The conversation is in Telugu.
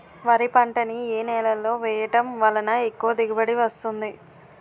వరి పంట ని ఏ నేలలో వేయటం వలన ఎక్కువ దిగుబడి వస్తుంది?